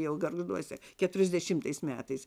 jau gargžduose keturiasdešimtais metais